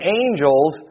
angels